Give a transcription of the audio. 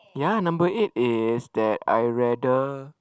ya number eight is that I rather